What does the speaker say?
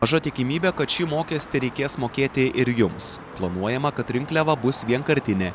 maža tikimybė kad šį mokestį reikės mokėti ir jums planuojama kad rinkliava bus vienkartinė